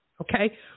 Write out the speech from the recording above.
okay